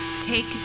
Take